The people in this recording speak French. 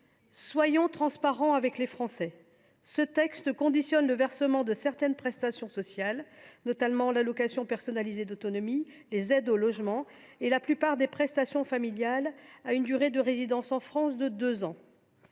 Soyons transparents avec les Français. Ce texte conditionne le versement de certaines prestations sociales, notamment l’allocation personnalisée d’autonomie, les aides au logement et la plupart des prestations familiales, à une durée de résidence en France de deux ans.